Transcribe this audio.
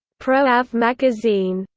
proav magazine.